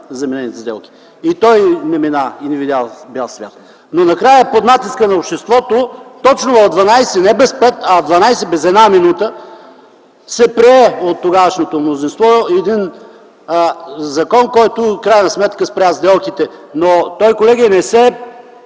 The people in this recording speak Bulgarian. направените заменки. И той не мина и не видя бял свят. Накрая под натиска на обществото точно в дванадесет – не без пет, а без една минута – се прие от тогавашното мнозинство един закон, който в крайна сметка спря сделките. Колеги, той не се